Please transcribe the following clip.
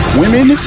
women